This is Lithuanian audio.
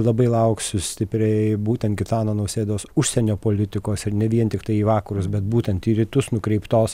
labai lauksiu stipriai būtent gitano nausėdos užsienio politikos ir ne vien tiktai į vakarus bet būtent į rytus nukreiptos